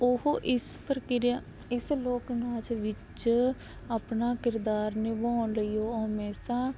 ਉਹ ਇਸ ਪ੍ਰਕਿਰਿਆ ਇਸ ਲੋਕ ਨਾਚ ਵਿੱਚ ਆਪਣਾ ਕਿਰਦਾਰ ਨਿਭਾਉਣ ਲਈ ਉਹ ਹਮੇਸ਼ਾ